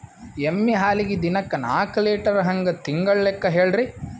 ಎಮ್ಮಿ ಹಾಲಿಗಿ ದಿನಕ್ಕ ನಾಕ ಲೀಟರ್ ಹಂಗ ತಿಂಗಳ ಲೆಕ್ಕ ಹೇಳ್ರಿ?